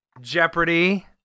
Jeopardy